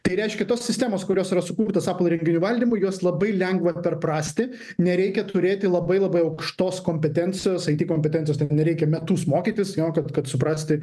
tai reiškia tos sistemos kurios yra sukurtos apple įrenginių valdymu jos labai lengva perprasti nereikia turėti labai labai aukštos kompetencijos it kompetencijos ten nereikia metus mokytis jo kad kad suprasti